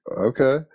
okay